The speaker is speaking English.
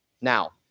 Now